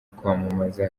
kwamamaza